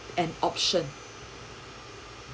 an option